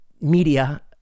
media